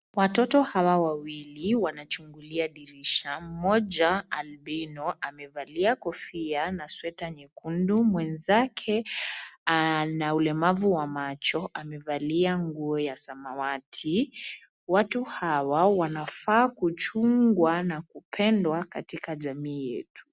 Watoto hawa wawili wanachugulia dirisha. Mmoja albino amevalia kofia na sweta nyekundu, mwezake ana ulemavu wa macho amevalia nguo ya samawati. Watu hawa wanafaa kuchungwa na kupendwa katika jamii yetu.